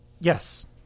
yes